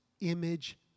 image